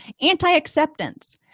Anti-acceptance